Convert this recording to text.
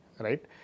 right